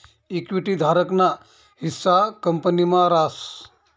equity धारक ना हिस्सा कंपनी मा रास